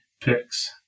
picks